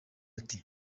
ati